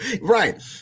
right